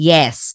Yes